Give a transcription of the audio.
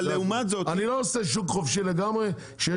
אם אין את זה, אני לא מעביר את החוק הזה.